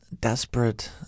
desperate